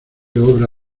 obra